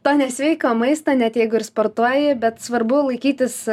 to nesveiko maisto net jeigu ir sportuoji bet svarbu laikytis